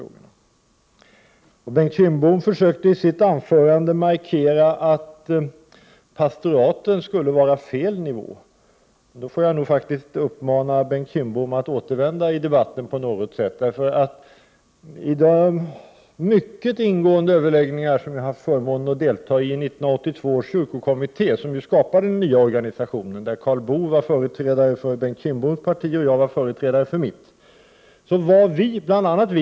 15 december 1988 Bengt Kindbom försökte markera att pastoraten skulle vara fel nivå. Då 4 får jag nog uppmana Bengt Kindbom att återkomma i debatten. I 1982 års kyrkokommitté, som ju skapade den nya organisationen och där Karl Boo var företrädare för Bengt Kindboms parti och jag var företrädare för mitt, hade jag förmånen att delta i mycket ingående överläggningar.